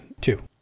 Two